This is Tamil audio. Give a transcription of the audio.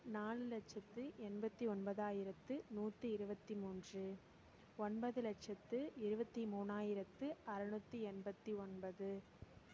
நாலு லட்சத்து எண்பத்து ஒன்பதாயிரத்து நூற்றி இருபத்தி மூன்று ஒன்பது லட்சத்து இருபத்தி மூனாயிரத்து அறநூற்றி எண்பத்து ஒன்பது